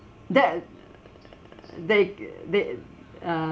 that err they they uh